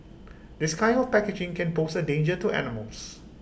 this kind of packaging can pose A danger to animals